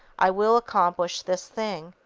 i will accomplish this thing!